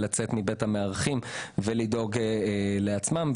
לצאת מבית המארחים ולדאוג לעצמם.